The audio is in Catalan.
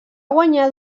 guanyar